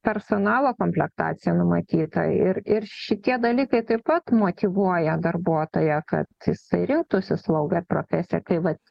personalo komplektacija numatyta ir ir šitie dalykai taip pat motyvuoja darbuotoją kad jisai rinktųsi slaugą profesiją tai vat